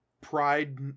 Pride